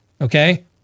Okay